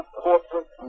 corporate